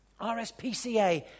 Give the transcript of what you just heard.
RSPCA